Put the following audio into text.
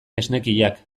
esnekiak